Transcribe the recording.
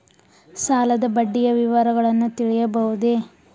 ಸಾಲದ ಬಡ್ಡಿಯ ವಿವರಗಳನ್ನು ತಿಳಿಯಬಹುದೇ?